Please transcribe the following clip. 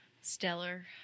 Stellar